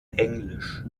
englisch